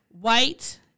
white